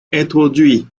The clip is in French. introduit